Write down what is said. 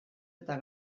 eta